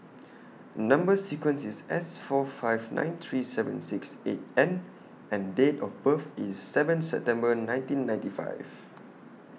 Number sequence IS S four five nine three seven six eight N and Date of birth IS seven September nineteen ninety five